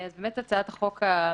אז באמת הצעת החוק הממשלתית,